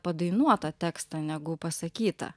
padainuotą tekstą negu pasakytą